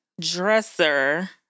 dresser